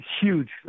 Huge